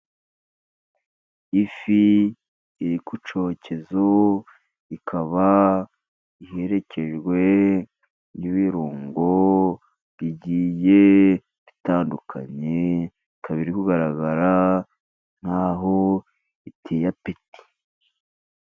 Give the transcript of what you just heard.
Ifi iri ku cyokezo, ikaba iherekejwe n'ibirungo bigiye bitandukanye. Ikaba iri kugaragara nk'aho iteye apeti.